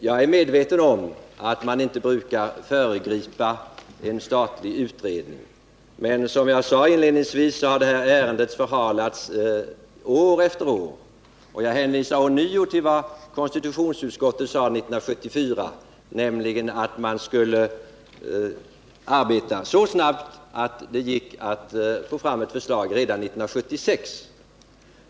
Jag är medveten om att man inte brukar föregripa en statlig utredning, men som jag sade inledningsvis har detta ärende förhalats år efter år. Jag hänvisar ånyo till vad konstitutionsutskottet anförde 1974, nämligen att man skulle arbeta så snabbt att det gick att få fram ett förslag redan 1976.